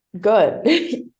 good